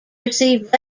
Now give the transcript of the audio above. received